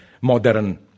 modern